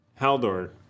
Haldor